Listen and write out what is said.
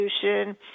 solution